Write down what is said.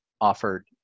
offered